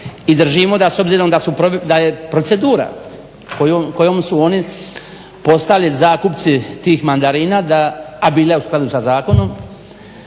s obzirom da je procedura kojom su oni postali zakupci tih mandarina da a bila je u skladu sa zakonom